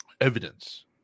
evidence